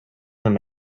him